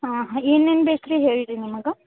ಹಾಂ ಏನೇನು ಬೇಕು ರೀ ಹೇಳಿ ರೀ ನಿಮಗೆ